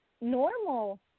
normal